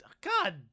god